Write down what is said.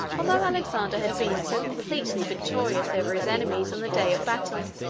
although alexander had been so completely victorious over his enemies on the day of battle,